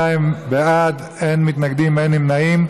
52 בעד, אין מתנגדים, אין נמנעים.